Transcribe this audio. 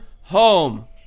home